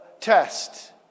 test